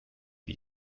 wie